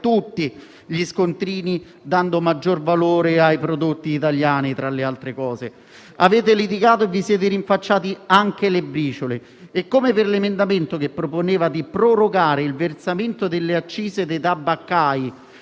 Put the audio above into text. tutti gli scontrini, dando maggior valore ai prodotti italiani, tra le altre cose. Avete litigato e vi siete rinfacciati anche le briciole. Come per l'emendamento che proponeva di prorogare il versamento delle accise dei tabaccai